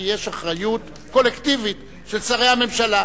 כי יש אחריות קולקטיבית של שרי הממשלה.